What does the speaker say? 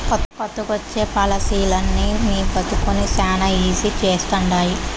కొత్తగొచ్చే పాలసీలనీ నీ బతుకుని శానా ఈజీ చేస్తండాయి